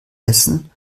essen